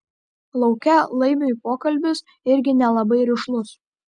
lauke laimiui pokalbis irgi nelabai rišlus